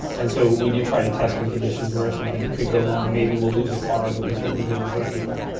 and so we do try to test in conditions where if something could go wrong maybe we will lose a car but we certainly wouldn't hurt people.